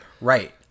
Right